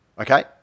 okay